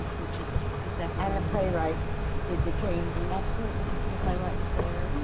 which is exactly and the playwright did the changes? absolutely. the playwright was there,